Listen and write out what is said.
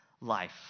life